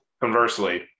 Conversely